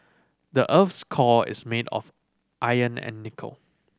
the earth's core is made of iron and nickel